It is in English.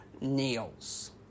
nails